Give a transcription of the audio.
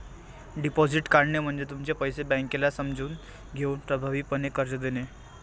deposit काढणे म्हणजे तुमचे पैसे बँकेला समजून घेऊन प्रभावीपणे कर्ज देणे